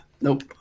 Nope